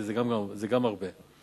כי גם זה הרבה,